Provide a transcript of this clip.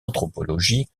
anthropologie